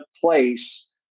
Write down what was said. place